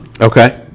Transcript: Okay